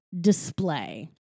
display